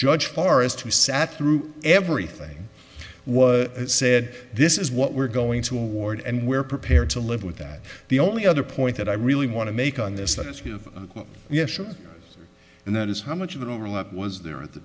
judge far as to who sat through everything was said this is what we're going to award and we're prepared to live with that the only other point that i really want to make on this that we have and that is how much of an overlap was there at the